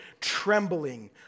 trembling